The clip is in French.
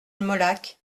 molac